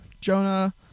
Jonah